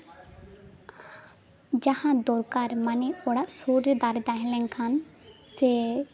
ᱡᱟᱦᱟᱸ ᱫᱚᱨᱠᱟᱨ ᱢᱟᱱᱮ ᱚᱲᱟᱜ ᱥᱩᱨ ᱨᱮ ᱫᱟᱨᱮ ᱛᱟᱦᱮᱸ ᱞᱮᱱᱠᱷᱟᱱ ᱡᱮ